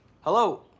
Hello